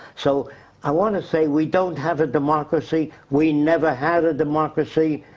so i wanna say, we don't have a democracy, we never had a democracy.